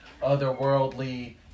otherworldly